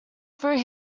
through